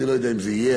אני לא יודע אם זה יהיה,